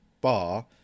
bar